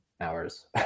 hours